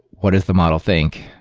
what does the model think?